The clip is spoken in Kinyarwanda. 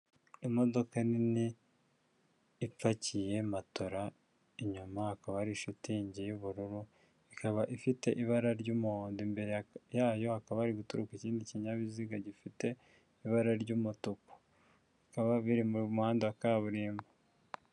Imodoka nini ipakiye matora inyuma hakaba hari shitingi y'ubururu ikaba ifite ibara ry'umuhondo, imbere yayo hakaba hari guturuka ikindi kinyabiziga gifite ibara ry'umutuku, bikaba biri mu muhanda wa kaburimbo.